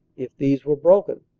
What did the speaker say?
if these were broken,